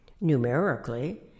Numerically